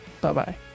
Bye-bye